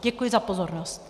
Děkuji za pozornost.